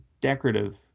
decorative